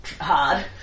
hard